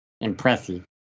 impressive